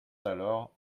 d’alors